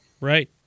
Right